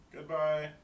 Goodbye